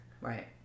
Right